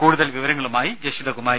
കൂടുതൽ വിവരങ്ങളുമായി ജഷിതകുമാരി